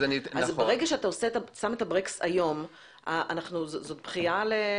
אז ברגע שאתה שם את הברקס היום זאת בכייה לדורות.